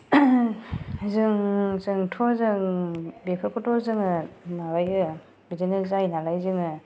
जोङो जोंथ' जों बेफोरखौथ' जोङो माबायो बिदिनो जायो नालाय जोङो